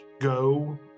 go